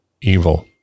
evil